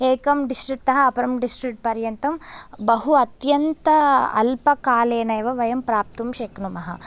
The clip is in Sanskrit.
एकं डिस्ट्रिक्टतः अपरं डिस्ट्रिक्टपर्यन्तं बहु अत्यन्त अल्पकालेन एव वयं प्राप्तुं शक्नुमः